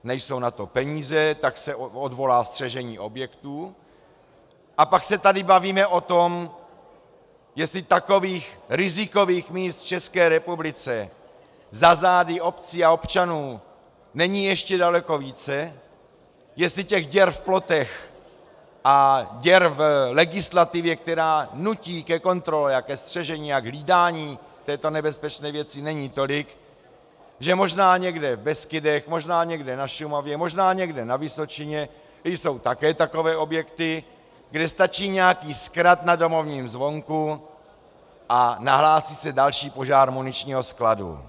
Nejsou na to peníze, tak se odvolá střežení objektů, a pak se tady bavíme o tom, jestli takových rizikových míst v České republice za zády obcí a občanů není ještě daleko více, jestli těch děr v plotech a děr v legislativě, která nutí ke kontrole a ke střežení a k hlídání této nebezpečné věci, není tolik, že možná někde v Beskydech, možná někde na Šumavě, možná někde na Vysočině jsou také takové objekty, kde stačí nějaký zkrat na domovním zvonku a nahlásí se další požár muničního skladu.